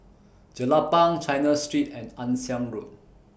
Jelapang China Street and Ann Siang Road